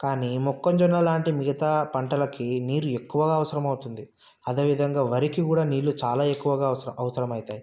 కానీ మొక్కజొన్న లాంటి మిగతా పంటలకి నీరు ఎక్కువ అవసరం అవుతుంది అదే విధంగా వరికి కూడా నీళ్ళు చాలా ఎక్కువగా అవసరం అవసరం అవుతాయి